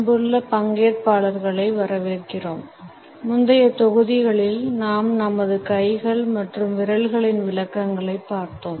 அன்புள்ள பங்கேற்பாளர்களை வரவேற்கிறோம் முந்தைய தொகுதிகளில் நாம் நமது கைகள் மற்றும் விரல்களின் விளக்கங்களைப் பார்த்தோம்